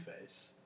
Face